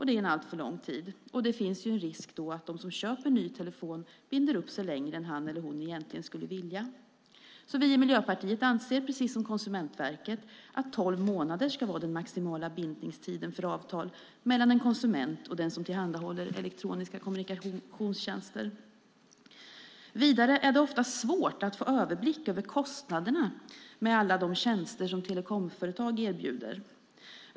Det är en alltför lång tid. Det finns en risk att den som köper ny telefon binder upp sig längre än han eller hon egentligen skulle vilja. Vi i Miljöpartiet anser, precis som Konsumentverket, att 12 månader ska vara den maximala bindningstiden för avtal mellan en konsument och den som tillhandahåller elektroniska kommunikationstjänster. Vidare är det ofta svårt att få överblick över kostnaderna, med alla de tjänster som telekomföretag erbjuder.